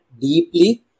deeply